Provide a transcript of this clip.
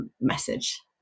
message